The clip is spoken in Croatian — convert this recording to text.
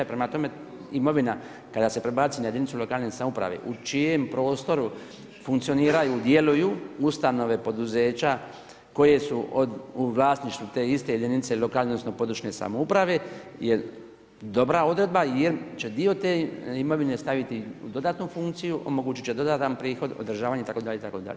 Prema tome, imovina kada se prebaci na jedinicu lokalne samouprave u čijem prostoru funkcioniraju, djeluju ustanove, poduzeća koje su u vlasništvu te iste jedinice lokalne odnosno područne samouprave je dobra odredba jer će dio imovine staviti u dodatnu funkciju, omogućit će dodatan prihod održavanja itd., itd.